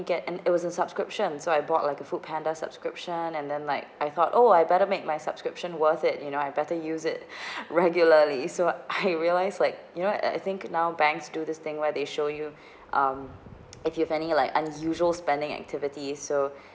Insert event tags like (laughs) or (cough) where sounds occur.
get and it was a subscription so I bought like a foodpanda subscription and then like I thought oh I better make my subscription worth it you know I better use it (breath) regularly so I (laughs) realise like you know I think now banks do this thing where they show you (breath) um (noise) if you have any like unusual spending activities so (breath)